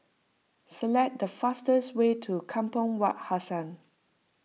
select the fastest way to Kampong Wak Hassan